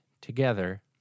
together